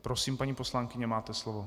Prosím, paní poslankyně, máte slovo.